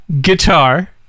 guitar